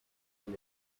with